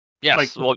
Yes